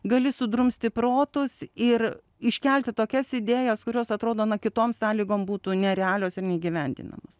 gali sudrumsti protus ir iškelti tokias idėjas kurios atrodo na kitom sąlygom būtų nerealios ir neįgyvendinamos